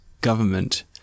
government